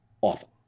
awful